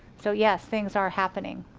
so yes things are happening.